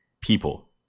people